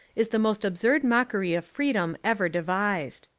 is the most ab surd mockery of freedom ever devised.